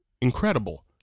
incredible